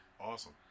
Awesome